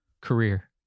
career